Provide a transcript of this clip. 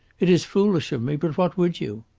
it is foolish of me, but what would you?